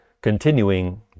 continuing